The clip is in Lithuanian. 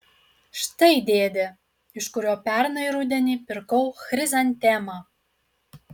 štai dėdė iš kurio pernai rudenį pirkau chrizantemą